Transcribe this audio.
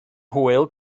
hwyl